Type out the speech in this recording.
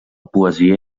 poesia